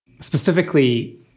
specifically